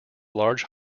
large